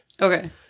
Okay